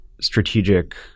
strategic